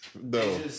No